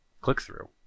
click-through